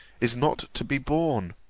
is not to be borne!